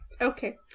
Okay